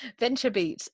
VentureBeat